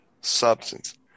substance